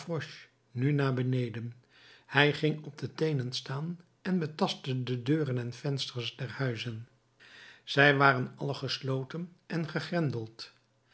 nu naar beneden hij ging op de teenen staan en betastte de deuren en vensters der huizen zij waren alle gesloten en